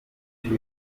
yesu